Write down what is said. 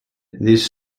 these